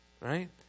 Right